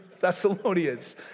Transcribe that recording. Thessalonians